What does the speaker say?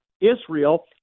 Israel